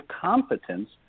competence